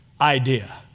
idea